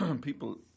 people